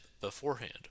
beforehand